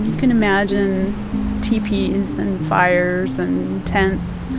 can imagine teepees and fires and tents,